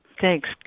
Thanks